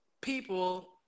people